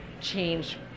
change